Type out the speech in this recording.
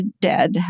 dead